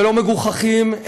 ולא מגוחכים,